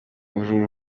uru